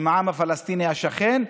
עם העם הפלסטיני השכן,